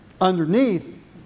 underneath